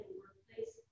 workplace